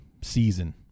season